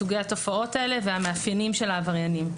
סוגי התופעות האלה והמאפיינים של העבריינים.